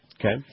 Okay